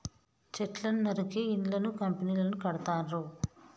చెట్లను నరికి ఇళ్లను కంపెనీలను కడుతాండ్రు